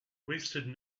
wasted